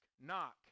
knock